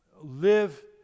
live